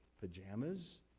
pajamas